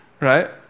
right